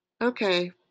Okay